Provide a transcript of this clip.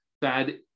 bad